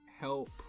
Help